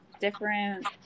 different